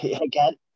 Again